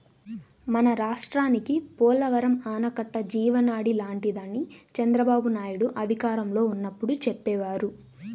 మన రాష్ట్రానికి పోలవరం ఆనకట్ట జీవనాడి లాంటిదని చంద్రబాబునాయుడు అధికారంలో ఉన్నప్పుడు చెప్పేవారు